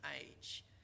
age